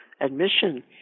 admission